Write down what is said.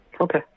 okay